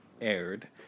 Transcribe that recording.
aired